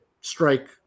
strike